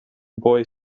boy